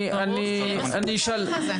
אני אשאל.